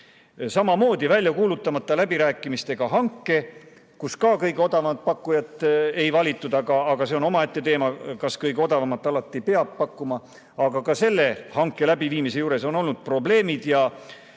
samamoodi välja kuulutamata läbirääkimistega hanke, kus ka kõige odavamat pakkujat ei valitud – see on omaette teema, kas kõige odavamat pakkujat alati peab valima –, aga ka selle hanke läbiviimise juures on olnud probleemid.